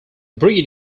breed